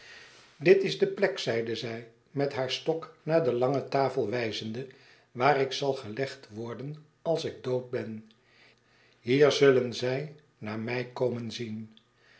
dit is de plek zeide zij met haar stok naar de lange tafel wijzende waar ik zalgelegd worden als ik dood ben hier zullen zij naar mij komen zien